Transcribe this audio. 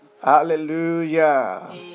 Hallelujah